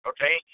Okay